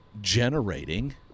generating